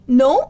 no